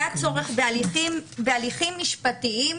היה צורך בהליכים משפטיים,